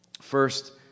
first